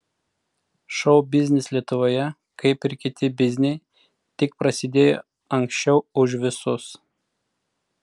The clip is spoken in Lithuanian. šou biznis lietuvoje kaip ir kiti bizniai tik prasidėjo anksčiau už visus